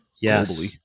yes